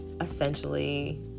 essentially